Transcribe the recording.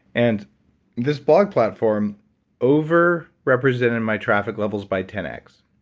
and this blog platform over represented my traffic levels by ten x.